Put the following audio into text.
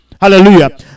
Hallelujah